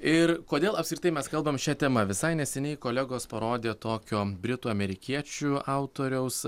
ir kodėl apskritai mes kalbam šia tema visai neseniai kolegos parodė tokio britų amerikiečių autoriaus